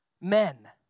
Men